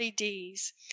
LEDs